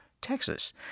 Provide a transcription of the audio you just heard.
Texas